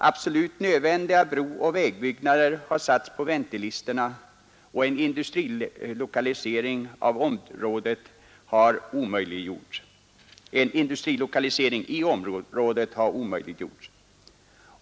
Absolut nödvändiga brooch vägbyggnader har satts på i Vindelådalen väntelistorna och en industrilokalisering i området har omöjliggjorts.